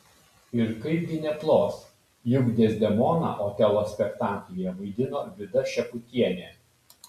ir kaipgi neplos juk dezdemoną otelo spektaklyje vaidino vida šeputienė